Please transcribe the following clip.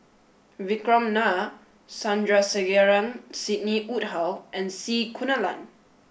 Vikram Nair Sandrasegaran Sidney Woodhull and C Kunalan